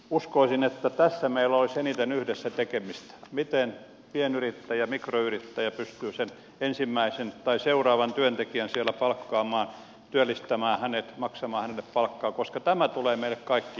uskoisin että tässä meillä olisi eniten yhdessä tekemistä miten pienyrittäjä mikroyrittäjä pystyy sen ensimmäisen tai seuraavan työntekijän palkkaamaan työllistämään hänet maksamaan hänelle palkkaa koska tämä tulee meille kaikki hyväksi